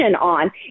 on